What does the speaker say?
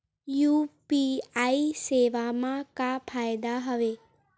UPI सेवा मा का फ़ायदा हवे?